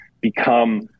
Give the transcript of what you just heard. become